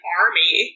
army